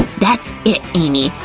that's it, amy!